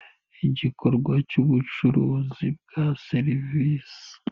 Igikorwa cy'ubucuruzi bwa serivisi.